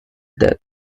death